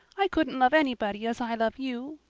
i couldn't love anybody as i love you.